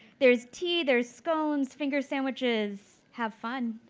there's tea. there's scones. finger sandwiches. have fun.